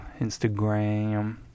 Instagram